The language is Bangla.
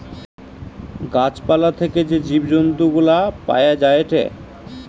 গাছ পালা থেকে যে জৈব তন্তু গুলা পায়া যায়েটে